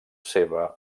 seva